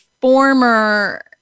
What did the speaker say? former